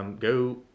Go